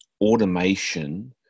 automation